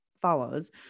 follows